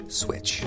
switch